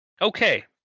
okay